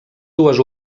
dues